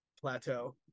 plateau